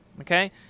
Okay